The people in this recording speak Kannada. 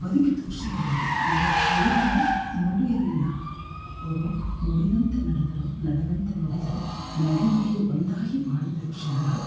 ಬದುಕಿ ತೋರ್ಸಿದರು ಅವರು ಅವರ ಕೇವಲ ನುಡಿಯಲ್ಲಿಲ್ಲ ಅವರು ನುಡಿದಂತೆ ನಡೆದರು ನಡೆದಂತೆ ನುಡಿದರು ನಡೆ ನುಡಿ ಒಂದಾಗಿ ಬಾಳಿದರು ಶರಣರು